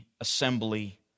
assembly